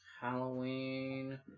Halloween